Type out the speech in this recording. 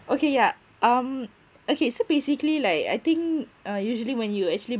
okay yup um okay so basically like I think uh usually when you actually